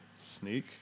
Sneak